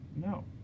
no